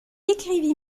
écrivit